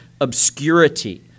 obscurity